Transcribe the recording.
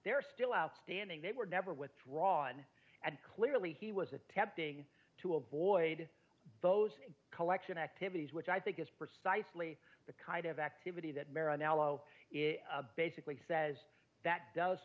are still outstanding that were never withdrawn and clearly he was attempting to avoid those collection activities which i think is precisely the kind of activity that marion allen is basically says that does